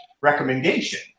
recommendation